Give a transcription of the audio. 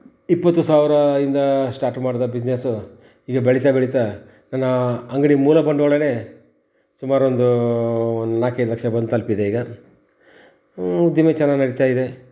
ಇಪ್ಪತ್ತು ಸಾವಿರ ಇಂದಾ ಸ್ಟಾರ್ಟ್ ಮಾಡಿದ ಬಿಸ್ನೆಸು ಈಗ ಬೆಳೀತಾ ಬೆಳೀತಾ ನನ್ನ ಅಂಗಡಿ ಮೂಲ ಬಂಡ್ವಾಳ ಸುಮಾರು ಒಂದು ನಾಲ್ಕೈದು ಲಕ್ಷ ಬಂದು ತಲಿಪಿದೆ ಈಗ ದಿನ ಚೆನ್ನಾಗ್ ನಡಿತಾ ಇದೆ